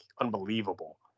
unbelievable